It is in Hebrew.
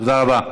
תודה רבה.